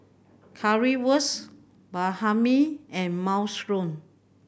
Currywurst Banh Mi and Minestrone